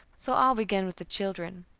so i'll begin with the children.